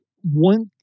one